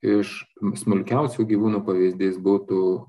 iš smulkiausių gyvūnų pavyzdys būtų